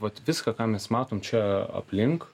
vat viską ką mes matom čia aplink